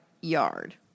yard